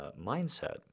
mindset